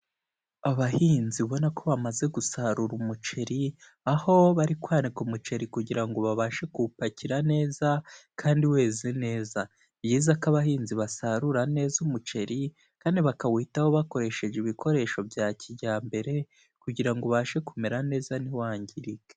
Abahinzi ubona ko bamaze gusarura umuceri, aho bari kwarekwa umuceri kugira ngo babashe kuwupakira neza kandi weze neza. Ni byiza ko abahinzi basarura neza umuceri kandi bakawitaho bakoresheje ibikoresho bya kijyambere kugira ngo ubashe kumera neza ntiwangirike.